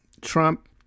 Trump